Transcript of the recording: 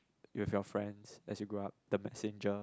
with your friends as you grow up the messenger